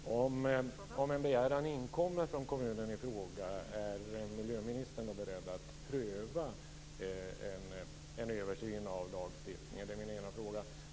Fru talman! Om en begäran inkommer från kommunen i fråga, är miljöministern då beredd att pröva en översyn av lagstiftningen. Det är min ena frågan.